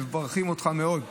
מברכים אותך מאוד,